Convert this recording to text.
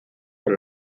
por